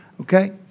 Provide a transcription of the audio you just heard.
Okay